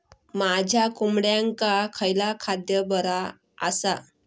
माझ्या कोंबड्यांका खयला खाद्य बरा आसा?